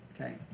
Okay